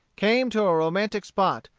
came to a romantic spot,